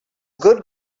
good